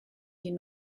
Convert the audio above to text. die